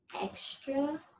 extra